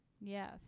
Yes